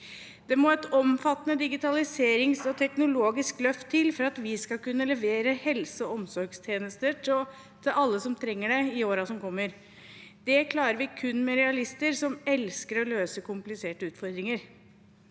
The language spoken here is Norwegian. Det må et omfattende digitaliserings- og teknologisk løft til for at vi skal kunne levere helse- og omsorgstjenester til alle som trenger det i årene som kommer. Det klarer vi kun med realister som elsker å løse kompliserte utfordringer.